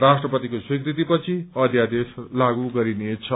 राष्ट्रपतिको स्वीकृतिपछि अध्यादेश लागू हुनेछ